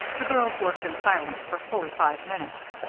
the girls worked in silence for fully five minutes.